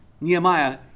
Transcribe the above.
Nehemiah